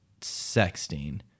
sexting